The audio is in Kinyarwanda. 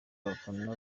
abafana